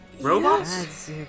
Robots